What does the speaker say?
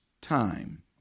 time